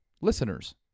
Listeners